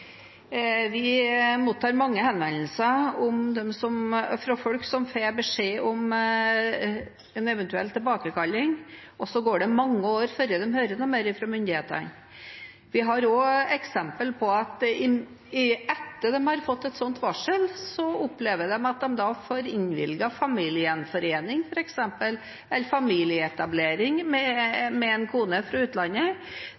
Vi mottar mange henvendelser fra folk som får beskjed om en eventuell tilbakekalling, og så går det mange år før de hører noe mer fra myndighetene. Vi har også eksempel på at de, etter at de har fått et sånt varsel, opplever at de får innvilget familiegjenforening, f.eks., eller familieetablering med